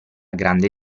grande